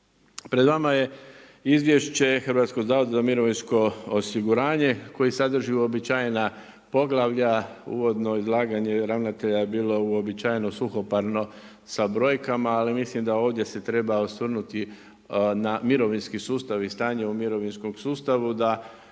Pred vama je Izvješće HZMO-a koja sadrži uobičajena poglavlja, uvodno izlaganje ravnatelja je bilo uobičajeno suhoparno sa brojkama, ali mislim da se ovdje treba osvrnuti na mirovinski sustav i stanje u mirovinskom sustavu da